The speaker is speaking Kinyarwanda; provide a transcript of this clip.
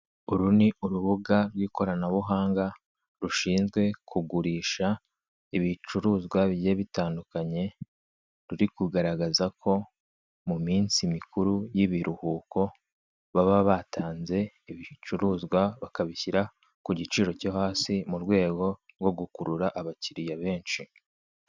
Uru ni urubuga rw'ikoranabuhanga rushinzwe kugurisha ibicuruzwa bigiye bitandukanye, ruri kugaragaza ko mu minsi mikuru y'ibiruhuko baba batanze ibicuruzwa bakabishyira ku giciro cyo hasi mu rwego rwo gukurura abakiriya benshi.